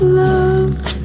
love